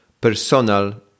personal